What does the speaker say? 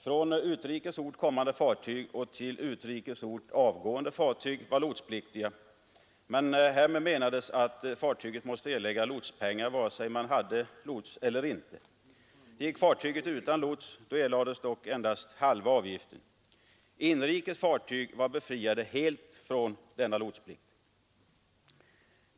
Från utrikes ort kommande och till utrikes ort avgående fartyg var lotspliktiga, men härmed menades att fartyget måste erlägga lotspengar vare sig det hade lots eller inte. Gick fartyget utan lots, erlades dock endast halva avgiften. Inrikes fartyg var helt befriade från lotsplikt.